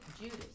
Judas